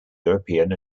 european